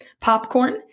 Popcorn